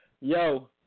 Yo